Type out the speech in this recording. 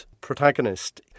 protagonist